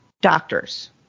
Doctors